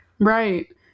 Right